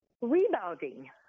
rebounding